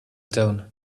tone